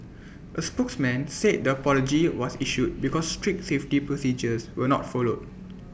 A spokesman said the apology was issued because strict safety procedures were not followed